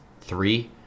three